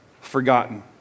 forgotten